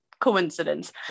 coincidence